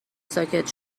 ساکت